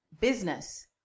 Business